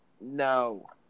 No